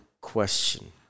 question